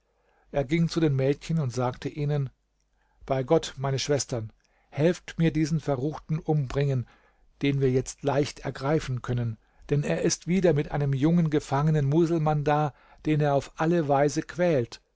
er ging zu den mädchen und sagte ihnen bei gott meine schwestern helft mir diesen verruchten umbringen den wir jetzt leicht ergreifen können denn er ist wieder mit einem jungen gefangenen muselmann da den er auf alle weise quält